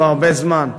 כבר הרבה זמן.